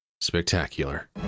spectacular